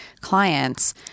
clients